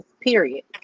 Period